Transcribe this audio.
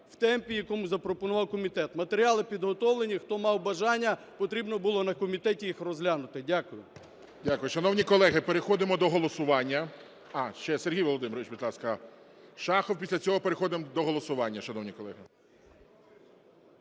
в темпі, який запропонував комітет. Матеріали підготовлені. Хто мав бажання, потрібно було на комітеті їх розглянути. Дякую. ГОЛОВУЮЧИЙ. Дякую. Шановні колеги, переходимо до голосування. А, ще Сергій Володимирович, будь ласка, Шахов. Після цього переходимо до голосування, шановні колеги.